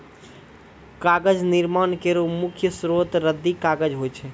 कागज निर्माण केरो मुख्य स्रोत रद्दी कागज होय छै